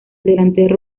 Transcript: delantero